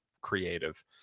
creative